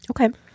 Okay